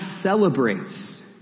celebrates